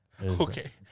Okay